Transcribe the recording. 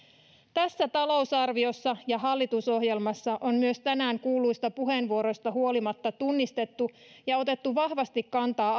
tässä talousarviossa ja hallitusohjelmassa on myös tänään kuulluista puheenvuoroista huolimatta tunnistettu ja otettu siihen vahvasti kantaa